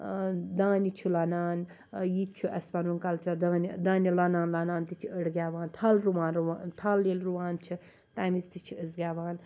دانہِ چھِ لۄنان یہِ چھُ اَسہِ پَنُن کَلچَر دانہِ دانہِ لۄنان لۄنان تہِ چھِ أڈۍ گیٚوان تھَل رُوان رُوان تھَل ییٚلہِ رُوان چھِ تمہِ وِز تہِ چھِ أسۍ گیٚوان